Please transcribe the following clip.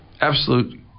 absolute